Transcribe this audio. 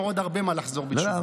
יש לו עוד הרבה מה לחזור בתשובה.